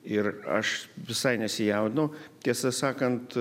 ir aš visai nesijaudinau tiesą sakant